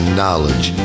knowledge